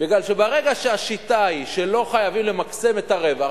בגלל שברגע שהשיטה היא שלא חייבים למקסם את הרווח,